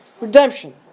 redemption